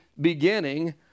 beginning